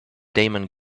damon